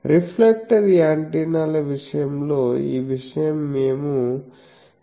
reflector యాంటెన్నాల విషయంలో ఈ విషయం మేము చెప్పినట్లు మీరు చూస్తారు